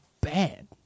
bad